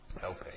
Helping